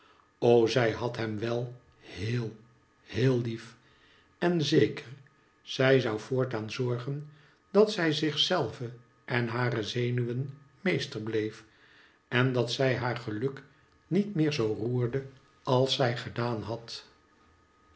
o zij had hem wel heel heel lief en zeker zij zou voortaan zorgen dat zij zichzelve en hare zenuwen meester bleef en dat zij haar geluk niet meer zoo roerde als zij gedaan had